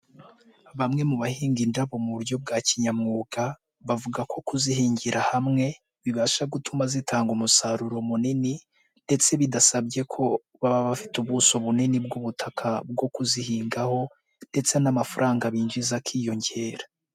Bamwe mu bahinga indabo mu buryo bwa kinyamwuga, bavuga ko kuzihingira hamwe, bibasha gutuma zitanga umusaruro munini ndetse bidasabye ko, baba bafite ubuso bunini bw'ubutaka bwo kuzihingaho ndetse n'amafaranga binjiza akiyongera.